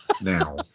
now